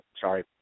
sorry